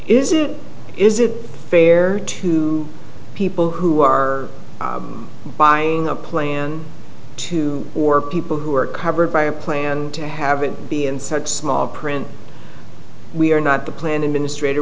is it is it fair to people who are buying a plan to or people who are covered by a plan to have it be in such small print we are not the plan administrat